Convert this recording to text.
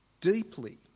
deeply